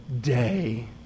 day